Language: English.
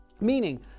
Meaning